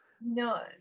No